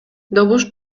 добуш